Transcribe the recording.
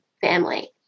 family